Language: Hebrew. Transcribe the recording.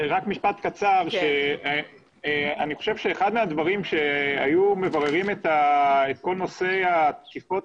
אני חושב שאחד מהדברים שהיו מבררים את כל נושא התקיפות